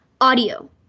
audio